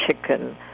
chicken